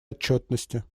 отчетности